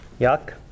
yuck